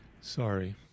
Sorry